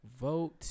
vote